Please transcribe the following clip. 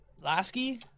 Lasky